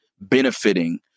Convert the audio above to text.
benefiting